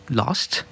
lost